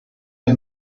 del